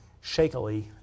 shakily